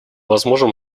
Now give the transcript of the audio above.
возможным